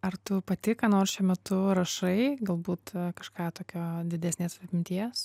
ar tu pati ką nors šiuo metu rašai galbūt kažką tokio didesnės apimties